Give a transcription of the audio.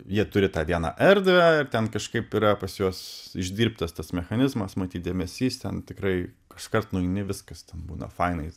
jie turi tą vieną erdvę ten kažkaip yra pas juos išdirbtas tas mechanizmas matyt dėmesys ten tikrai kažkas nu ne viskas ten būna fainai